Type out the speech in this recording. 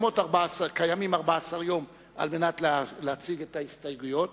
קיימים 14 יום על מנת להציג את ההסתייגויות.